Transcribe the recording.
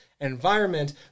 environment